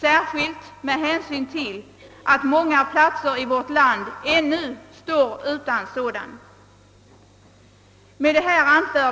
särskilt med tanke på att många platser i vårt land ännu står utan en sådan rådgivning. Herr talman!